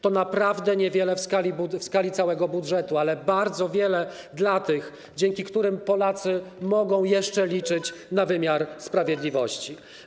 To naprawdę niewiele w skali całego budżetu, ale bardzo wiele dla tych, dzięki którym Polacy mogą jeszcze liczyć na wymiar sprawiedliwości.